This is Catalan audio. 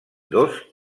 dos